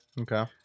Okay